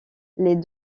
les